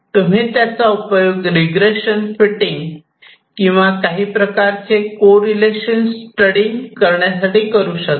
तुम्ही त्याचा उपयोग रिग्रेशन फिटिंग किंवा काही प्रकारचे कोरिलेशन स्टडींग करण्यासाठी करू शकता